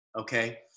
okay